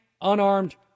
unarmed